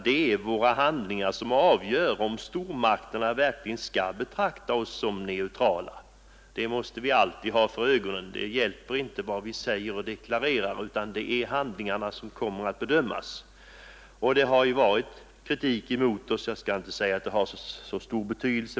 Det är våra handlingar som avgör om stormakterna verkligen skall betrakta oss som neutrala. Det måste vi alltid ha för ögonen. Det hjälper inte vad vi deklarerar, utan det är handlingarna som kommer att bedömas. Och det har ju förekommit kritik emot oss, även om den inte har haft så stor betydelse.